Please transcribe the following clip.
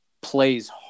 plays